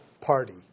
party